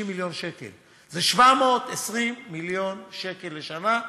זה 720 מיליון שקל לשנה,